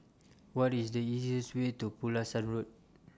What IS The easiest Way to Pulasan Road